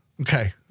Okay